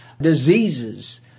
diseases